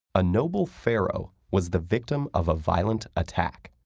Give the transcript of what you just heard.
a noble pharaoh was the victim of a violent attack.